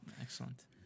Excellent